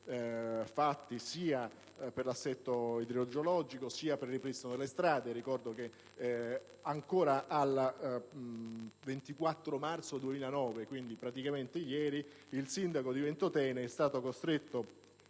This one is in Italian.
fatti sia per l'assetto idreogeologico sia per il ripristino delle strade. Ricordo che, ancora al 24 marzo 2009 - quindi, praticamente ieri - il sindaco di Ventotene è stato costretto